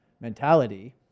mentality